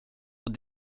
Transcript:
och